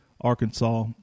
Arkansas